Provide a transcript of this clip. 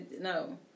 No